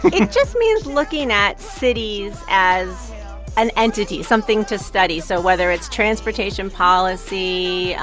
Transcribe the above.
it just means looking at cities as an entity, something to study. so whether it's transportation policy,